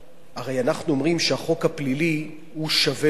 הרי אנחנו אומרים שהחוק הפלילי שווה לכולם.